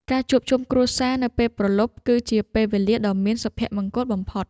ការជួបជុំគ្រួសារនៅពេលព្រលប់ គឺជាពេលវេលាដ៏មានសុភមង្គលបំផុត។